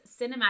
cinematic